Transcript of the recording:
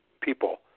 people